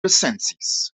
recensies